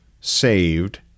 saved